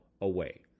away